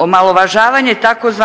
Omalovažavanje tzv.